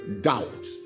doubt